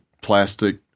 plastic